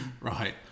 Right